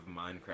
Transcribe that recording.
Minecraft